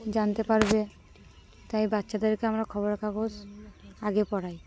জানতে পারবে তাই বাচ্চাদেরকে আমরা খবর কাগজ আগে পড়াই